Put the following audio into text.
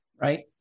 Right